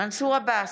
מנסור עבאס,